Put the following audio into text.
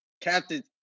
Captain